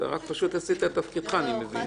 אתה רק פשוט עשית את תפקידך, אני מבין.